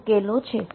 આ ઉકેલો છે